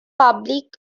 public